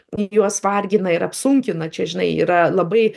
juos vargina ir apsunkina čia žinai yra labai